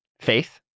Faith